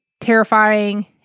terrifying